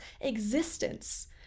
existence